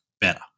better